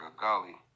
Gully